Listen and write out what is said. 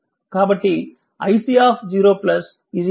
కాబట్టి iC0 vC0 20